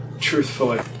truthfully